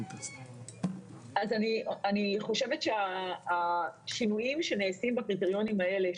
אני חושבת שהשינויים שנעשים בקריטריונים האלה,